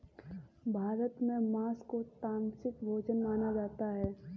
भारत में माँस को तामसिक भोजन माना जाता है